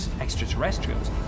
extraterrestrials